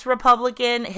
Republican